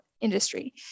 industry